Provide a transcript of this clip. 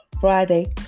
Friday